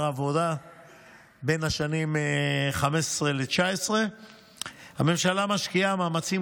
העבודה בשנים 2015 עד 2019. הממשלה משקיעה מאמצים